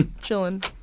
chilling